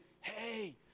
hey